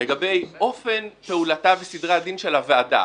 לגבי אופן פעולתה וסדרי הדין של הוועדה,